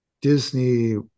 Disney